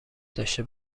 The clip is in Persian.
داشته